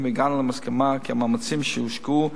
והגענו למסקנה כי האמצעים שהושקעו,